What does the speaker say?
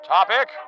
Topic